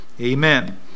Amen